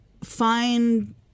Find